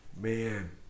Man